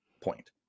point